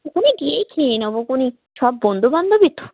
ওখানে গিয়েই খেয়ে নেবখন সব বন্ধু বান্ধবী তো